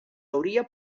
hauria